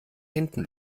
hinten